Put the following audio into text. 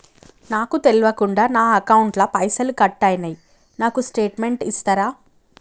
నాకు తెల్వకుండా నా అకౌంట్ ల పైసల్ కట్ అయినై నాకు స్టేటుమెంట్ ఇస్తరా?